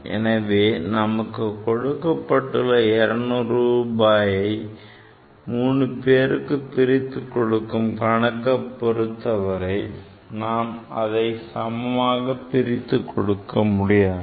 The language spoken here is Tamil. எனவே நமக்கு கொடுக்கப்பட்ட 200 ரூபாயை 3 பேருக்கு பிரித்துக் கொடுக்கும் கணக்கை பொருத்தவரை நாம் அதை சமமாக பிரிக்க முடியாது